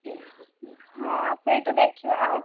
ହଁ ସେଇଠୁ ଦେଖିବା ଆଉ